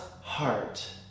heart